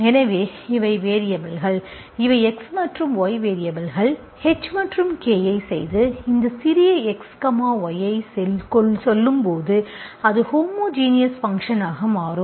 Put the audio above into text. எனவே இவை வேரியபல்கள் இவை x மற்றும் y வேரியபல்கள் h மற்றும் k ஐ செய்து இந்த சிறிய x y ஐ சொல்லும்போது அது ஹோமோஜினஸ் ஃபங்க்ஷன் ஆக மாறும்